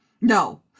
No